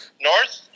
north